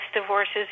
divorces